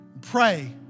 Pray